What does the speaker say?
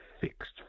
fixed